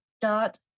Dot